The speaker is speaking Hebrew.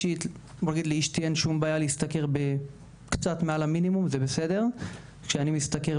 לאשתי אין שום בעיה להשתכר קצת מעל המינימום כשאני משתכר